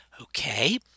Okay